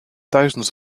thousands